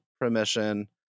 permission